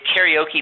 karaoke